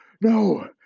no